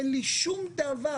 אין לי שום דבר